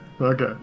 Okay